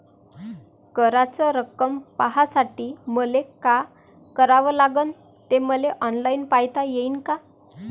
कराच रक्कम पाहासाठी मले का करावं लागन, ते मले ऑनलाईन पायता येईन का?